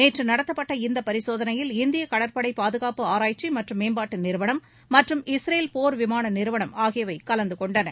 நேற்று நடத்தப்பட்ட இந்த பரிசோதனையில் இந்திய கடற்படை பாதுகாப்பு ஆராய்ச்சி மற்றும் மேம்பாட்டு நிறுவனம் மற்றும் இஸ்ரேல் போர் விமான நிறுவனம் ஆகியவை கலந்துகொண்டன